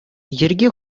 йӗрке